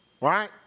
right